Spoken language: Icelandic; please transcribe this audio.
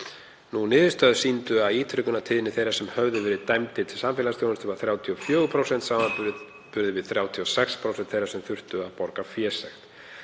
ár. Niðurstöður sýndu að ítrekunartíðni þeirra sem höfðu verið dæmdir til samfélagsþjónustu var 34% samanborið við 36% þeirra sem þurftu að borga fésekt.